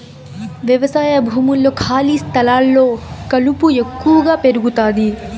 వ్యవసాయ భూముల్లో, ఖాళీ స్థలాల్లో కలుపు ఎక్కువగా పెరుగుతాది